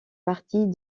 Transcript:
partie